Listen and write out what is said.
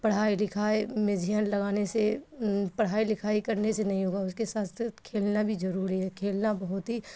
پڑھائی لکھائی میں ذہن لگانے سے پڑھائی لکھائی کرنے سے نہیں ہوگا اس کے ساتھ ساتھ کھیلنا بھی ضروری ہے کھیلنا بہت ہی